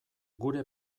gure